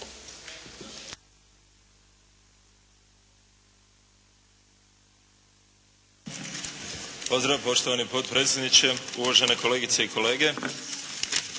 Pozdrav poštovani potpredsjedniče, uvažene kolegice i kolege.